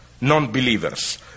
non-believers